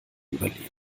überleben